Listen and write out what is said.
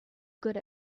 good